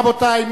רבותי,